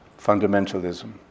fundamentalism